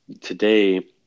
today